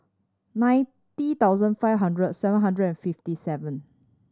ninety thousand five hundred seven hundred and fifty seven